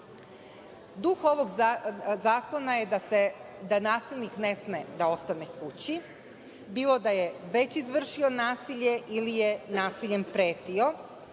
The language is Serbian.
ovog zakona je da nasilnik ne sme da ostane kući, bilo da je već izvršio nasilje ili je nasiljem pretio